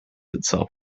itself